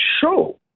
show